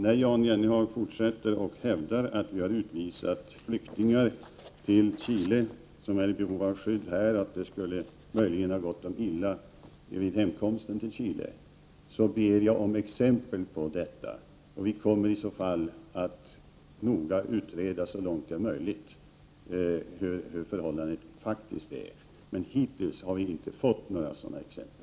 När Jan Jennehag fortsätter att hävda att vi har utvisat flyktingar till Chile, Prot. 1988/89:9 vilka är i behov av skydd här och att det möjligen skulle ha gått dem illa vid 13 oktober 1988 hemkomsten till Chile, ber jag om exempel på detta. Vi kommer i så fall att så långt det är möjligt noga utreda hur förhållandena faktiskt är. Hittills har vi inte fått några sådana exempel.